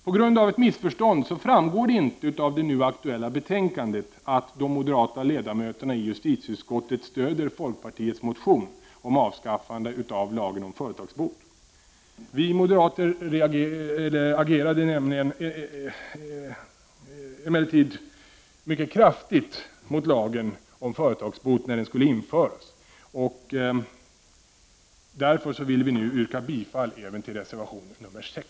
På grund av ett missförstånd framgår det inte av det nu aktuella betänkandet att de moderata ledamöterna i justitieutskottet stöder folkpartiets motion om avskaffande av lagen om företagsbot. Vi moderater agerade emellertid mycket kraftigt mot att lagen om företagsbot skulle införas, och vi vill därför nu yrka bifall även till reservation nr 6.